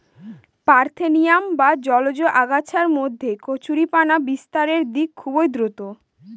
parthenium বা জলজ আগাছার মধ্যে কচুরিপানা বিস্তারের দিক খুবই দ্রূত